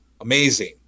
amazing